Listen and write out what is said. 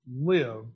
live